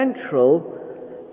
central